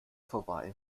vorbei